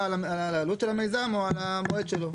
על עלות של המיזם או על המועד שלו.